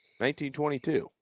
1922